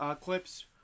clips